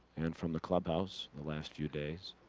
and from the clubhouse. the last few days,